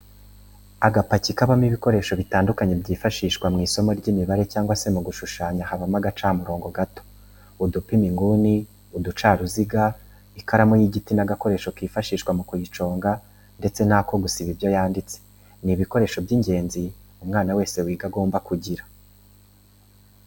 Agapaki kabamo ibikoresho bitandukanye byifashishwa mw'isomo ry'imibare cyangwa se mu gushushanya habamo agacamurobo gato, udupima inguni, uducaruziga ,ikaramu y'igiti n'agakoresho kifashishwa mu kuyiconga ndetse n'ako gusiba ibyo yanditse, ni ibikoresho by'ingenzi umwana wese wiga aba agomba kugira.